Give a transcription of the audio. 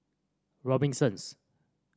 Robinsons